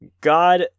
God